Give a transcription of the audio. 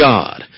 God